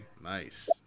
Nice